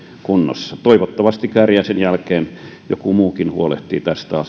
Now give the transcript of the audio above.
kunnossa toivottavasti kääriäisen jälkeen joku muukin huolehtii